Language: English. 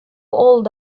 old